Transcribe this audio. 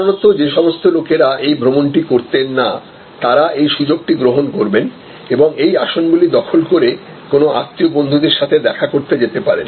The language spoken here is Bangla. সাধারণত যে সমস্ত লোকেরা এই ভ্রমণটি করতেন না তারা এই সুযোগটি গ্রহণ করবেন এবং এই আসনগুলি দখল করে কোনও আত্মীয় বন্ধুদের সাথে দেখা করতে যেতে পারেন